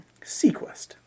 Sequest